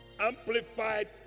Amplified